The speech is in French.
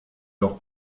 leur